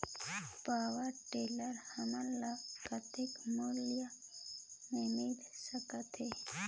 Power tiller हमन ल कतेक मूल्य मे मिल सकथे?